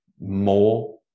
more